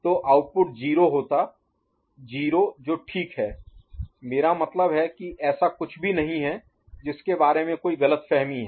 तो आउटपुट 0 होता 0 जो ठीक है मेरा मतलब है कि ऐसा कुछ भी नहीं है जिसके बारे में कोई ग़लतफ़हमी है